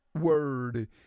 word